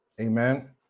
Amen